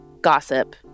gossip